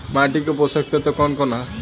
माटी क पोषक तत्व कवन कवन ह?